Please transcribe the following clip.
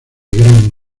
gran